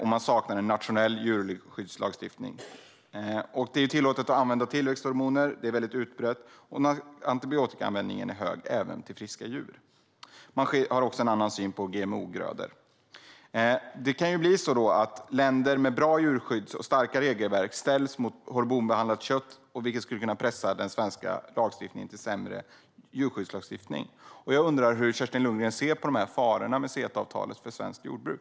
Man saknar en nationell djurskyddslagstiftning. Det är tillåtet att använda tillväxthormoner, och den användningen är väldigt utbredd. Antibiotikaanvändningen är hög även för friska djur. Man har också en annan syn på GMO-grödor. Det kan bli så att länder med bra djurskydd och starka regelverk ställs mot hormonbehandlat kött, vilket skulle kunna pressa den svenska lagstiftningen till sämre djurskydd. Jag undrar hur Kerstin Lundgren ser på dessa faror med CETA-avtalet för svenskt jordbruk.